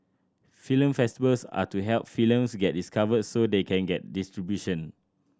film festivals are to help films get discovered so they can get distribution